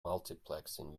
multiplexing